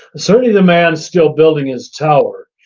certainly the man still building his tower,